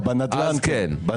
בנדל"ן כן.